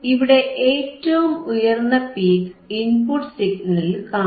ഇവിടെ ഏറ്റവും ഉയർന്ന പീക്ക് ഇൻപുട്ട് സിഗ്നലിൽ കാണാം